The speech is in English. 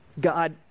God